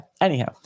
Anyhow